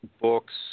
books